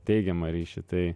teigiamą ryšį tai